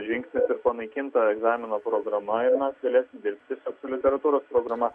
žingsnis panaikinta egzamino programa ir mes galėsim dirbti tiesiog su literatūros programa